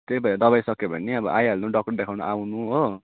त्यही भएर दवाई सक्यो भने अब आइहाल्नु डक्टर देखाउनु आउनु हो